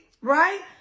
right